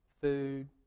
Food